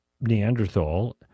Neanderthal